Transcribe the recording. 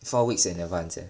four weeks in advance wh